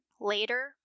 Later